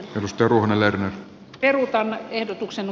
ruuna verne perutaan ehdotuksen